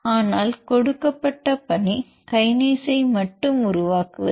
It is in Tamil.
ஆனால் கொடுக்கப்பட்ட பணி கைனேஸை மட்டும் உருவாக்குவது